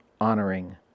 honoring